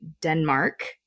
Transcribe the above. Denmark